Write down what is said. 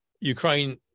Ukraine